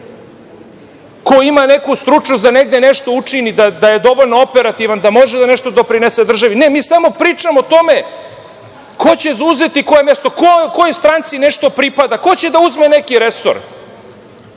ko ima neku stručnost da negde nešto učini, da je dovoljno operativan, da može nešto da doprinese državi. Ne, mi samo pričamo o tome ko će zauzeti koje mesto, kojoj stranci nešto pripada, ko će da uzme neki resor. To